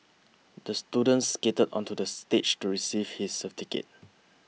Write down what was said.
the student skated onto the stage to receive his certificate